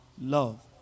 Love